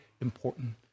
important